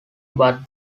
but